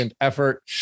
effort